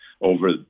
over